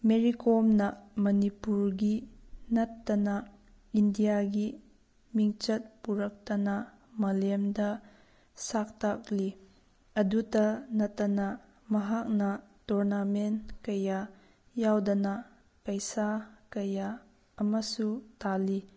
ꯃꯔꯤ ꯀꯣꯝꯅ ꯃꯅꯤꯄꯨꯔꯒꯤ ꯅꯠꯇꯅ ꯏꯟꯗꯤꯌꯥꯒꯤ ꯃꯤꯡꯆꯠ ꯄꯨꯔꯛꯇꯅ ꯃꯥꯂꯦꯝꯗ ꯁꯛ ꯇꯥꯛꯂꯤ ꯑꯗꯨꯇ ꯅꯠꯇꯅ ꯃꯍꯥꯛꯅ ꯇꯣꯔꯅꯥꯃꯦꯟ ꯀꯌꯥ ꯌꯥꯎꯗꯅ ꯄꯩꯁꯥ ꯀꯌꯥ ꯑꯃꯁꯨ ꯇꯥꯜꯂꯤ